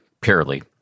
purely